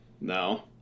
No